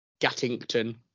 Gattington